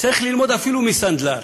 צריך ללמוד אפילו מסנדלר.